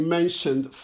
mentioned